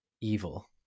evil